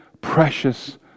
precious